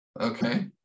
Okay